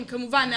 כמובן,